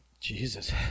Jesus